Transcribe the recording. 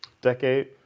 decade